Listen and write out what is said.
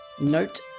note